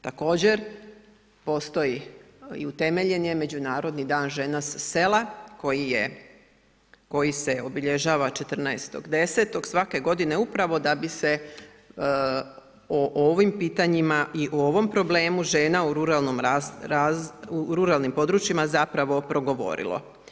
Također postoji i utemeljen je međunarodni dan žena sa sela, koji se obilježava 14.10 svake godine upravo da bi se o ovim pitanjima i o ovom problemu žena u ruralnim područjima zapravo progovorilo.